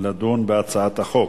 לדון בהצעת החוק.